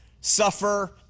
suffer